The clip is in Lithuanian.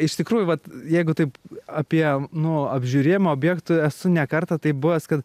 iš tikrųjų vat jeigu taip apie nu apžiūrėjimą objektų esu ne kartą taip buvęs kad